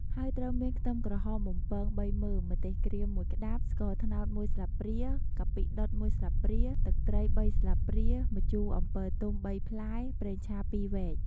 ហើយត្រូវមាន ខ្ទឹមក្រហមបំពង ៣មើម ម្ទេសក្រៀម ១ក្តាប់ ស្ករត្នោត ១ស្លាបព្រា កាពិដុត ១ស្លាបព្រា ទឹកត្រី ៣ស្លាបព្រា ម្ជូរអំពិលទុំ ៣ផ្លែ ប្រេងឆា ២វែក។